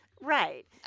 Right